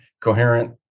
coherent